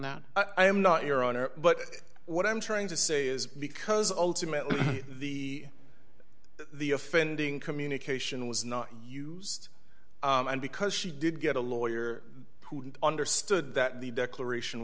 that i am not your honor but what i'm trying to say is because ultimately the the offending communication was not used and because she did get a lawyer who understood that the declaration